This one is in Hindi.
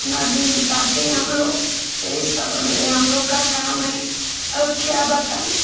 अपना दिन बिताते हैं हमलोग यही सब मेरे हमलोग का काम है अब क्या बताएँ